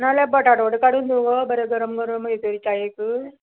नाजाल्यार बटाटवडे काडून दीवं गो बरें गरम गरम येतगीर च्यायेक